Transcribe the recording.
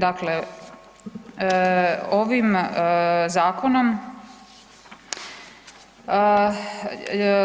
Dakle, ovim zakonom